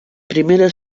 primera